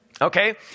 Okay